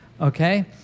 Okay